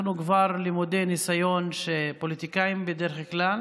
אנחנו כבר למודי ניסיון שפוליטיקאים בדרך כלל